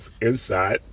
inside